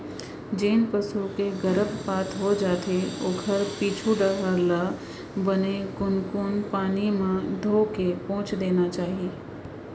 जेन पसू के गरभपात हो जाथे ओखर पीछू डहर ल बने कुनकुन पानी म धोके पोंछ देना चाही